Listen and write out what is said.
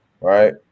Right